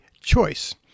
choice